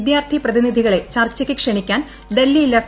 വിദ്യാർത്ഥി പ്രതിനിധികളെ ചർച്ചയ്ക്ക് ക്ഷണിക്കാൻ ഡൽഹി ലഫ്